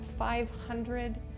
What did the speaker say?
500